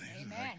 Amen